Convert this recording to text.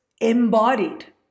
embodied